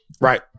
right